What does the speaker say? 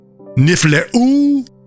Nifleu